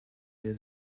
der